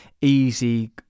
easy